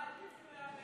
אז תצביעו,